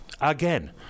again